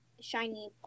shiny